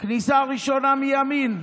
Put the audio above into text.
כניסה ראשונה מימין.